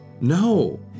No